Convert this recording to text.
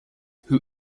who